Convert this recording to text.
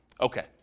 Okay